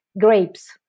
Grapes